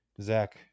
Zach